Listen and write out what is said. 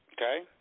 okay